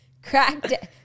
Cracked